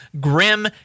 Grim